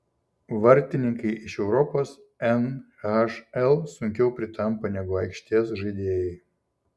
vartininkai iš europos nhl sunkiau pritampa negu aikštės žaidėjai